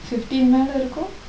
fifteen மேல இருக்கும்:mela irukkum